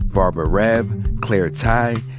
barbara raab, claire tighe,